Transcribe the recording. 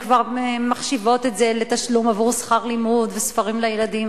הן כבר מחשיבות את זה לתשלום עבור שכר לימוד וספרים לילדים.